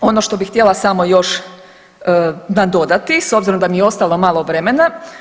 Ono što bih htjela samo još nadodati s obzirom da mi je ostalo malo vremena.